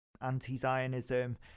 anti-Zionism